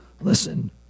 listen